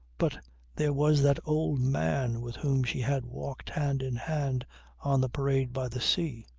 but there was that old man with whom she had walked hand in hand on the parade by the sea.